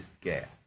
gas